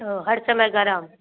ओ हर समय गरम